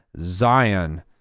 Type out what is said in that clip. Zion